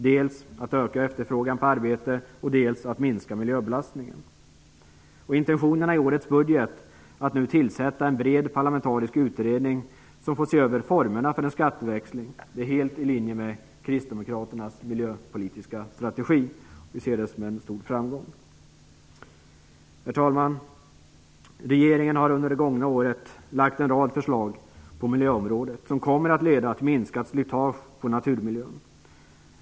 Dels ökar efterfrågan på arbete, dels minskar miljöbelastningen. Intentionerna i årets budget att nu tillsätta en bred parlamentarisk utredning som skall se över formerna för en skatteväxling är helt i linje med kristdemokraternas miljöpolitiska strategi. Vi ser detta som en stor framgång. Herr talman! Regeringen har under det gångna året lagt en rad förslag på miljöområdet som kommer att leda till minskat slitage på naturmiljön.